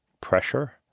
pressure